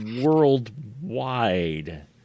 worldwide